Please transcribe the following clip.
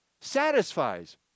satisfies